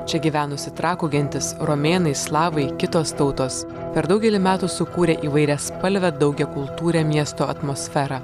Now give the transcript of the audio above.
čia gyvenusi trakų gentis romėnai slavai kitos tautos per daugelį metų sukūrė įvairiaspalvę daugiakultūrę miesto atmosferą